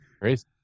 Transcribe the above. Crazy